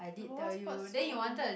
what sports you want